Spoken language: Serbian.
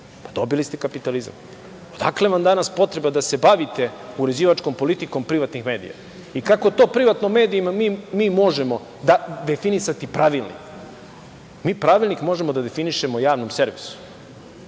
- dobili ste ga. Odakle vam danas potreba da se bavite uređivačkom politikom privatnih medija? I kako to privatnim medijima mi možemo da definišemo pravilnik? Mi pravilnik možemo da definišemo Javnom servisu